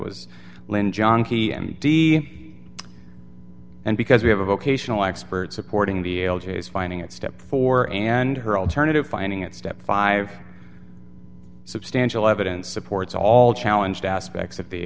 was lynn john key and the and because we have a vocational expert supporting the l g s finding it step four and her alternative finding at step five substantial evidence supports all challenged aspects of the